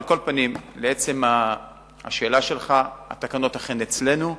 על כל פנים, לשאלה שלך: התקנות אכן אצלנו,